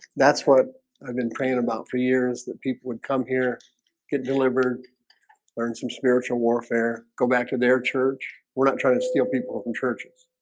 that's what i've been praying about for years that people would come here get delivered learn some spiritual warfare go back to their church. we're not trying to steal people from churches